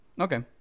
Okay